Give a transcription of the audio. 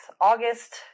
August